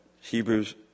Hebrews